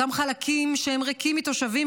אותם חלקים שהם ריקים מתושבים,